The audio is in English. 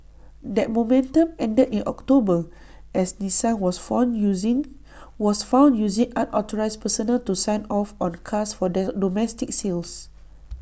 that momentum ended in October as Nissan was found using unauthorised personnel to sign off on cars for domestic sales